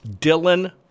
Dylan